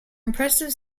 impressive